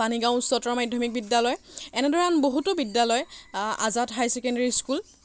পানীগাঁও উচ্চতৰ মাধ্যমিক বিদ্যালয় এনেদৰে আন বহুতো বিদ্যালয় আজাদ হাই ছেকেণ্ডাৰী স্কুল